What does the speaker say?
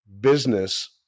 business